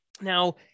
now